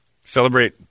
Celebrate